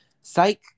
Psych